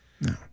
No